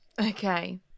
Okay